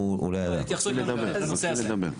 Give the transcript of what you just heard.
אם אפשר התייחסות לנושא הזה.